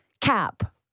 cap